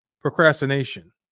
Procrastination